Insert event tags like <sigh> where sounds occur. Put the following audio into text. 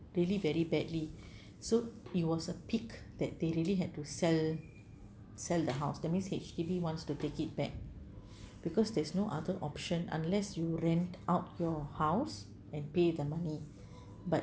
really very badly <breath> so it was a peak that they really have to sell sell the house that means H_D_B wants to take it back because there's no other option unless you rent out your house and pay the money but